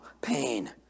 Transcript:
pain